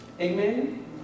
Amen